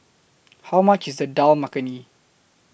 How much IS The Dal Makhani